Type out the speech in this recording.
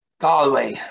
Galway